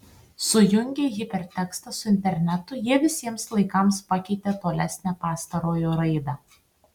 sujungę hipertekstą su internetu jie visiems laikams pakeitė tolesnę pastarojo raidą